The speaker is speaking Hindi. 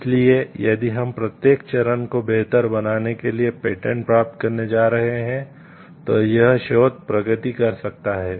इसलिए यदि हम प्रत्येक चरण को बेहतर बनाने के लिए पेटेंट प्राप्त करने जा रहे हैं तो यह शोध प्रगति कर सकता है